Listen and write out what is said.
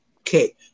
Okay